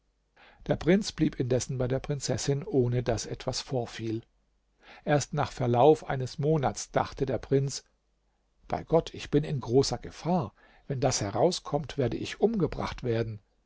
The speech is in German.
der prinz blieb indessen bei der prinzessin ohne daß etwas vorfiel erst nach verlauf eines monats dachte der prinz bei gott ich bin in großer gefahr wenn das herauskommt werde ich umgebracht werden